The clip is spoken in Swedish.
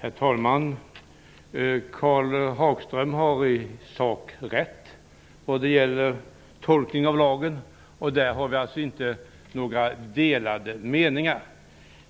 Herr talman! Karl Hagström har i sak rätt då det gäller tolkning av lagen, och där har vi alltså inte några delade meningar.